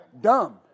Dumb